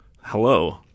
Hello